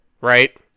right